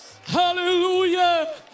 hallelujah